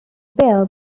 bill